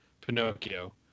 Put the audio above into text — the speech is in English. Pinocchio